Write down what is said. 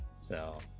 so